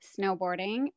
snowboarding